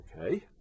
okay